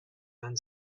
vingt